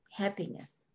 Happiness